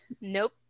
Nope